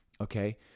okay